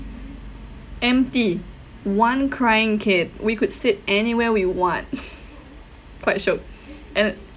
empty one crying kid we could sit anywhere we want quite shiok and